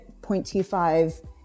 0.25